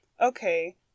okay